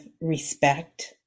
respect